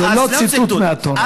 זה לא ציטוט מהתורה.